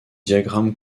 diagramme